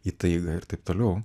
įtaiga ir taip toliau